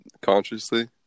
consciously